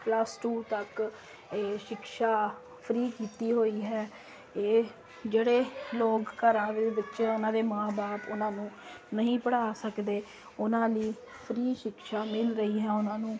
plus two ਤੱਕ ਇਹ ਸ਼ਿਕਸ਼ਾ ਫਰੀ ਕੀਤੀ ਹੋਈ ਹੈ ਇਹ ਜਿਹੜੇ ਲੋਕ ਘਰਾਂ ਦੇ ਵਿੱਚ ਉਹਨਾਂ ਦੇ ਮਾਂ ਬਾਪ ਉਹਨਾਂ ਨੂੰ ਨਹੀਂ ਪੜ੍ਹਾ ਸਕਦੇ ਉਹਨਾਂ ਲਈ ਫਰੀ ਸ਼ਿਕਸ਼ਾ ਮਿਲ ਰਹੀ ਹੈ ਉਹਨਾਂ ਨੂੰ